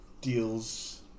deals